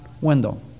window